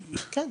כן,